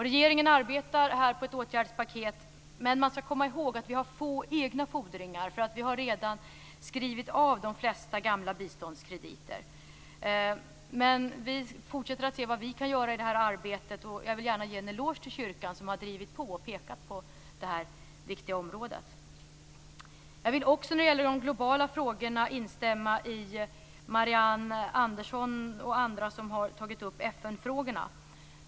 Regeringen arbetar här med ett åtgärdspaket, men man skall komma ihåg att vi har få egna fordringar eftersom vi redan har skrivit av de flesta gamla biståndskrediter. Men vi fortsätter att se vad vi kan göra i det här arbetet, och jag vill gärna ge en eloge till kyrkan som har drivit på och pekat på detta viktiga område. Jag vill också när det gäller de globala frågorna instämma med Marianne Andersson och andra som har tagit upp FN-frågorna.